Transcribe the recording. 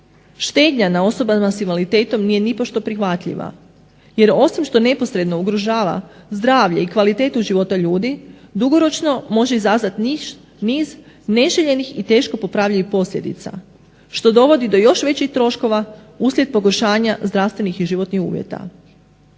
Štednja na osobama s invaliditetom nije nipošto prihvatljiva jer osim što neposredno ugrožava zdravlje i kvalitetu života ljudi, dugoročno može izazvati niz neželjenih i teško popravljivih posljedica što dovodi do još većih troškova uslijed pogoršanja zdravstvenih i životnih uvjeta.